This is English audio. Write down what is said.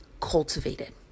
cultivated